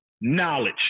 knowledge